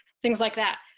things like that.